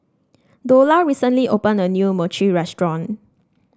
Dola recently opened a new Mochi restaurant